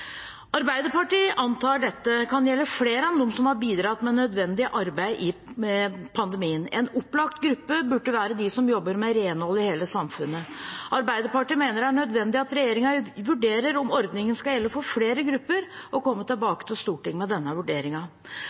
Arbeiderpartiet antar at dette kan gjelde flere enn dem som har bidratt med nødvendig arbeid under pandemien. En opplagt gruppe burde være de som jobber med renhold i hele samfunnet. Arbeiderpartiet mener det er nødvendig at regjeringen vurderer om ordningen skal gjelde for flere grupper, og at man kommer tilbake til Stortinget med denne